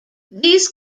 these